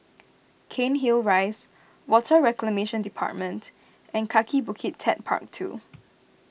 Cairnhill Rise Water Reclamation Department and Kaki Bukit Techpark two